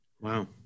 Wow